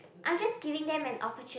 I'm just giving them an opportune